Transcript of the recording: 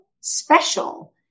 special